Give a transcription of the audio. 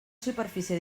superfície